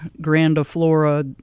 grandiflora